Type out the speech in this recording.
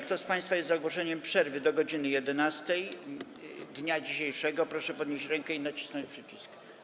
Kto z państwa jest za ogłoszeniem przerwy do godz. 11 dnia dzisiejszego, proszę podnieść rękę i nacisnąć przycisk.